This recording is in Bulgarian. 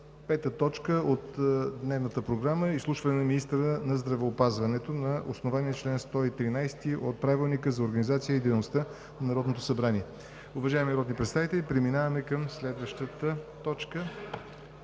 пета точка от дневната програма – изслушване на министъра на здравеопазването на основание на чл. 113 от Правилника за организацията и дейността на Народното събрание. Уважаеми народни представители, преминаваме към следващата точка